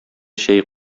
чәй